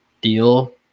deal